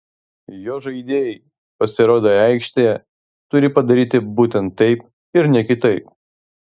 jo žaidėjai pasirodę aikštėje turi padaryti būtent taip ir ne kitaip